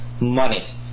Money